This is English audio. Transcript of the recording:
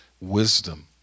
wisdom